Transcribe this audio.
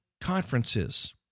conferences